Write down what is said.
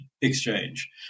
exchange